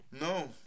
No